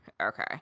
okay